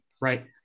right